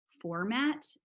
format